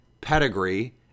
pedigree